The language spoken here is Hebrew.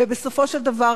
ובסופו של דבר